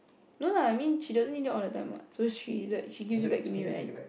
no lah I mean she doesn't need it all the time what so she she gives it back to me when I